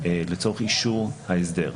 לצורך אישור ההסדר.